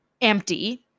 empty